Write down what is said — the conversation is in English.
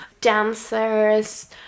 dancers